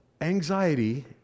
Anxiety